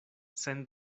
sen